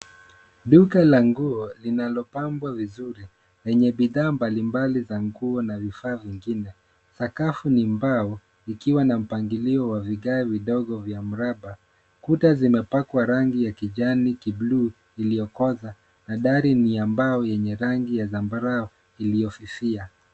Duka la nguo linalopambwa vizuri, lenye bidhaa mbalimbali za nguo na vifaa vingine. Sakafu ni mbao ikiwa na mpangilio wa vigae vidogo vya mraba. Kuta zimepakwa rangi ya kijani kibuluu iliokoza. Dari ni ya mbao yenye rangi ya zambarau iliyofifia.